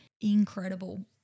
incredible